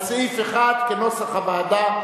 מצביעים על סעיף 1, כנוסח הוועדה.